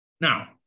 Now